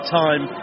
time